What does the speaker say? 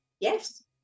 Yes